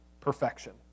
perfection